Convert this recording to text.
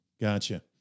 Gotcha